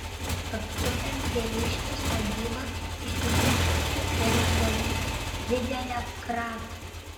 apsupę tėviškės sodybą iš visų pusių ėmė daryti didelę kratą